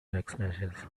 backslashes